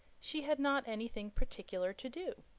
she had not anything particular to do.